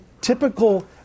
typical